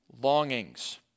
longings